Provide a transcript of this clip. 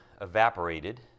evaporated